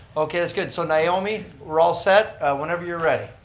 okay, let's get, so naomi, we're all set whenever you're ready.